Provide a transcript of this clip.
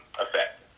effect